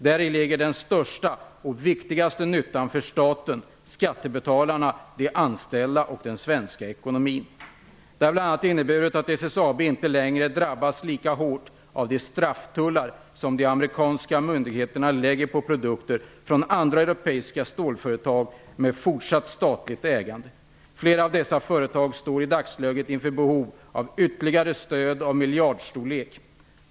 Däri ligger den största och viktigaste nyttan för staten, skattebetalarna, de anställda och den svenska ekonomin. Det har bl.a. inneburit att SSAB inte längre drabbas lika hårt av de strafftullar som de amerikanska myndigheterna lägger på produkter från andra europeiska stålföretag med fortsatt statligt ägande. Flera av dessa företag står i dagsläget inför behov av ytterligare stöd av miljardstorlek.